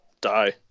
die